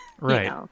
Right